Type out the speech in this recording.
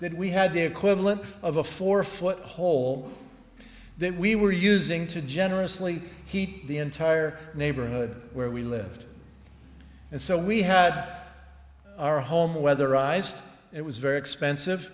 that we had the equivalent of a four foot hole that we were using to generously heat the entire neighborhood where we lived and so we had our home weatherized it was very expensive